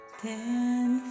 ten